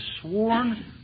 sworn